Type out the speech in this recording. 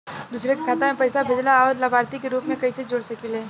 दूसरे के खाता में पइसा भेजेला और लभार्थी के रूप में कइसे जोड़ सकिले?